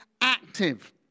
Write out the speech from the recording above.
active